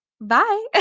Bye